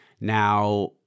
Now